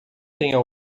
tenha